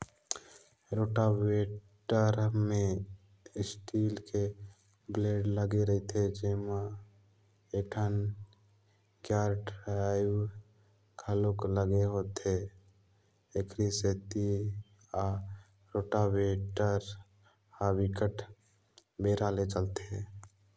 rotavator म steel के blade लगे रहिथे जेमा एकठन गेयर ड्राइव घलोक लगे होथे, एखरे सेती ए रोटावेटर ह बिकट बेरा ले चलथे